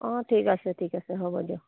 অঁ ঠিক আছে হ'ব দিয়ক